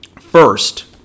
First